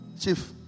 Chief